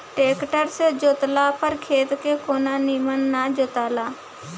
tractor से जोतला पर खेत के कोना निमन ना जोताला